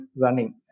running